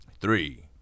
Three